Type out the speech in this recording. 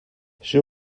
she